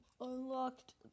unlocked